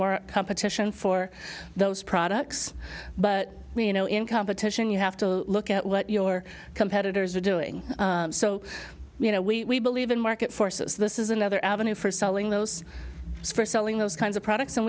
more competition for those products but you know in competition you have to look at what your competitors are doing so you know we believe in market forces this is another avenue for selling those selling those kinds of products and